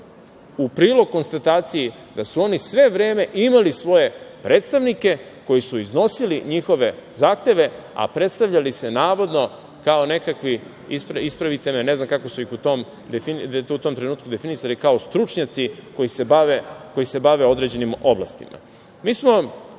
u prilog konstataciji da su oni sve vreme imali svoje predstavnike koji su iznosili njihove zahteve, a predstavljali se, navodno, kao nekakvi, ispravite me, ne znam kako su ih u tom trenutku definisali, kao stručnjaci koji se bave određenim oblastima. Mi smo